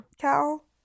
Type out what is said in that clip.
Cal